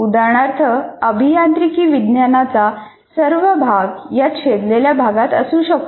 उदाहरणार्थ अभियांत्रिकी विज्ञानाचा सर्व भाग या छेदलेल्या भागात असू शकतो